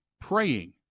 praying